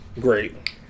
great